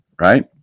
right